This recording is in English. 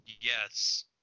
Yes